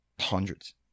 Hundreds